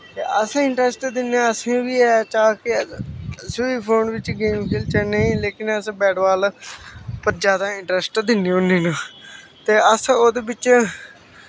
ते अस इंट्रस्ट दिन्ने असें बी है इस चाऽ अस बी फोन बिच्च गेम खेलचै नेंई लेकिन अस बैट बॉल पर जादा इंट्रस्ट दिन्ने होन्ने न ते अस ओह्दे बिच्च